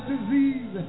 disease